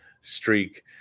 streak